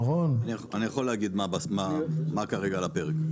מי מדבר?